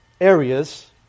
areas